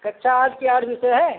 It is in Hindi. कक्षा आठ के आठ विषय हैं